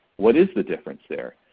what is the difference there?